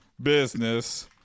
business